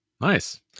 Nice